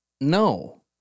no